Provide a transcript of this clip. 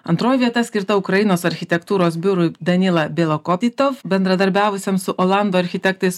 antroji vieta skirta ukrainos architektūros biurui danila bilakovitov bendradarbiavusiam su olandų architektais